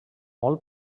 molt